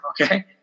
okay